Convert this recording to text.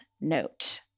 note